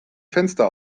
fenster